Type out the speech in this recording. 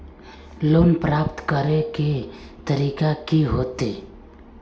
Loan प्राप्त करे के तरीका की होते?